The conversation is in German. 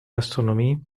gastronomie